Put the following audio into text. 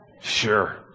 Sure